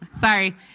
Sorry